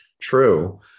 true